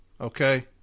Okay